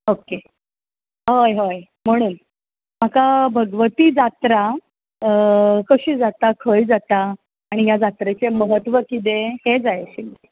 okay हय हय म्हणून म्हाका भगवती जात्रा कशी जाता खंय जाता आनी ह्या जात्रेचें महत्व कितें हें जाय आशिल्लें